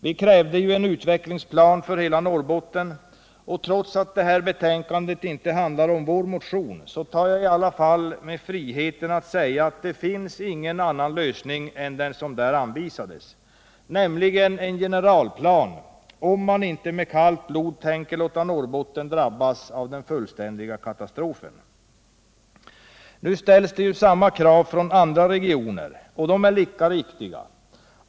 Vi krävde en utvecklingsplan för hela Norrbotten, och trots att detta betänkande inte handlar om vår motion tar jag mig i alla fall friheten att säga att det finns ingen annan lösning än den som där anvisades, nämligen en generalplan, om man inte med kallt blod tänker låta Norrbotten drabbas av den fullständiga katastrofen. Nu ställs samma krav från andra regioner, och de är lika riktiga.